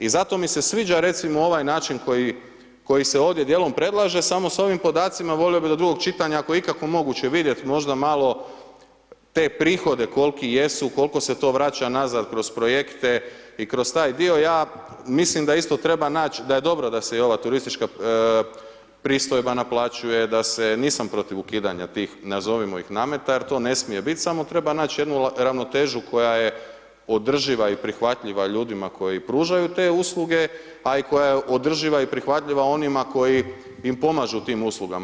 I zato mi se sviđa recimo ovaj način koji se, koji se ovdje dijelom predlaže samo s ovim podacima volio bi da do drugog čitanja ako je ikako moguće vidjet možda malo te prihode kolki jesu, kolko se to vraća nazad kroz projekte i kroz taj dio, ja mislim da isto treba nać, da je dobro da se i ova turistička pristojba naplaćuje, da se nisam protiv ukidanja tih nazovimo ih nameta, jer to ne smije bit, samo treba nać jednu ravnotežu koja je održiva i prihvatljiva ljudima koji pružaju te usluge, a i koja je održiva i prihvatljiva onima koji im pomažu u tim usluga.